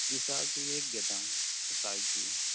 दिसाक एक घेता सकाळची